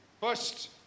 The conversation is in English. First